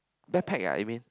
backpack ah I mean